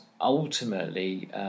ultimately